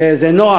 וזה נוח,